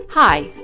Hi